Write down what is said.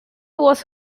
was